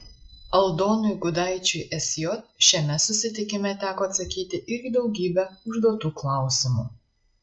aldonui gudaičiui sj šiame susitikime teko atsakyti ir į daugybę užduotų klausimų